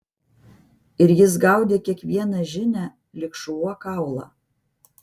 ir jis gaudė kiekvieną žinią lyg šuo kaulą